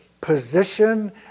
position